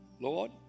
Lord